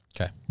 Okay